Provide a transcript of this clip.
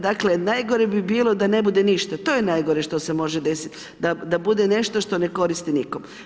Dakle, dakle, najgore bi bilo da ne bude ništa to je najgore što se može desiti da bude nešto što ne koristi nikom.